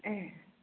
ए